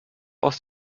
aus